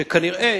שכנראה